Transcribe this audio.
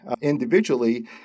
individually